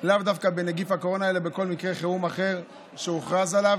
לאו דווקא בנגיף הקורונה אלא בכל מקרה חירום אחר שהוכרז עליו,